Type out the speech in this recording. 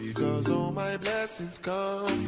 you know all my blessings come